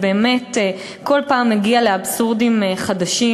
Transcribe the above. באמת זה כל פעם מגיע לאבסורדים חדשים.